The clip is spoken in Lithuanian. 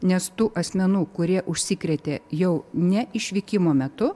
nes tų asmenų kurie užsikrėtė jau ne išvykimo metu